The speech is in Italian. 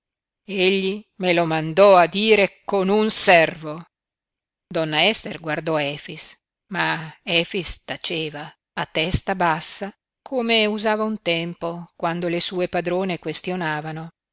me lo mandò a dire con un servo donna ester guardò efix ma efix taceva a testa bassa come usava un tempo quando le sue padrone